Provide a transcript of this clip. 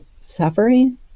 suffering